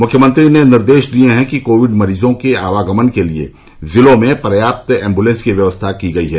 मुख्यमंत्री ने निर्देश दिये है कि कोविड मरीजों के आवागमन के लिये जिलों में पर्याप्त एम्बुलेंस की व्यवस्था की गई है